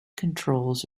controls